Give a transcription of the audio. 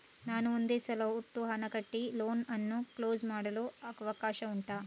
ನಾನು ಒಂದೇ ಸಲ ಒಟ್ಟು ಹಣ ಕಟ್ಟಿ ಲೋನ್ ಅನ್ನು ಕ್ಲೋಸ್ ಮಾಡಲು ಅವಕಾಶ ಉಂಟಾ